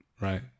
right